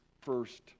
first